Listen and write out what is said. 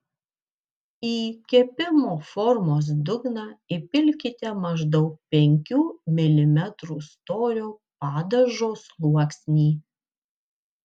į kepimo formos dugną įpilkite maždaug penkių milimetrų storio padažo sluoksnį